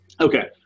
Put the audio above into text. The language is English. Okay